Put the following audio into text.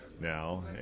Now